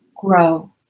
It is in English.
grow